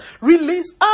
release